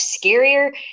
scarier